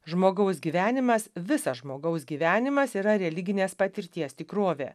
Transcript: žmogaus gyvenimas visas žmogaus gyvenimas yra religinės patirties tikrovė